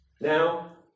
Now